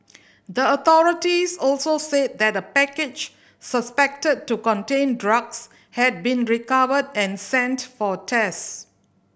the authorities also said that a package suspected to contain drugs had been recovered and sent for tests